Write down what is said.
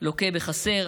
לוקה בחסר.